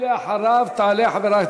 ולאחריו תעלה חברת